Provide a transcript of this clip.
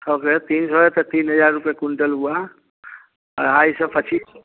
हो गया तीन सौ है तो तीन हजार रुपए क्विन्टल हुआ ढाई सौ पच्चीस